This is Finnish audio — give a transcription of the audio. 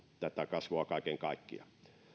kasvua kaiken kaikkiaan